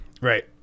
Right